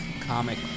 comic